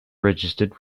registered